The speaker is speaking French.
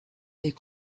est